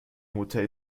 hotel